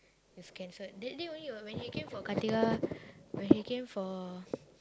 it's cancelled that day only what when he came for when he came for